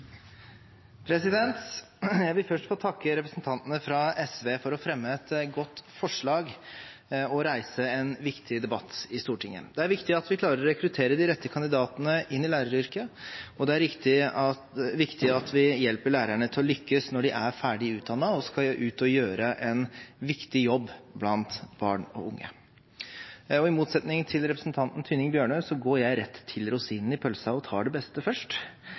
Jeg vil først få takke representantene fra SV for å fremme et godt forslag og reise en viktig debatt i Stortinget. Det er viktig at vi klarer å rekruttere de rette kandidatene inn i læreryrket, og det er viktig at vi hjelper lærerne til å lykkes når de er ferdig utdannet og skal ut og gjøre en viktig jobb blant barn og unge. I motsetning til representanten Tynning Bjørnø går jeg rett til rosinen i pølsa og tar det beste først,